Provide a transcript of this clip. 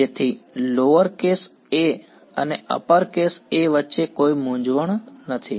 જેથી lower case a અને uppercase a વચ્ચે કોઈ મૂંઝવણ નથી